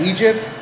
Egypt